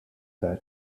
sar